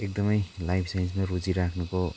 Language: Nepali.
एकदमै लाइफ साइन्समा रुचि राख्नुको